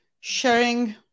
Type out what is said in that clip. sharing